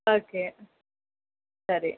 okay ಸರಿ